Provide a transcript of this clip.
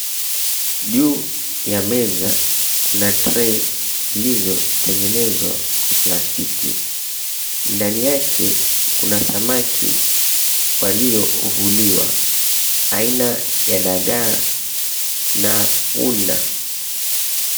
Juu ya meza kuna trey zilizotengenezwa kwa plastiki. Ndani yake kuna samaki waliovuliwa aina ya dagaa na tuna .